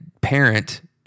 parent